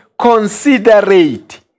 considerate